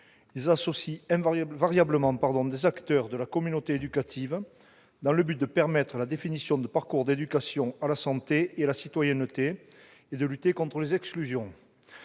Ils associent variablement des acteurs de la communauté éducative, aux fins de permettre la définition de parcours d'éducation à la santé et à la citoyenneté et de lutter contre les exclusions.